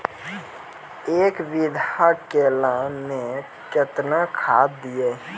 एक बीघा केला मैं कत्तेक खाद दिये?